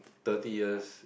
thirty years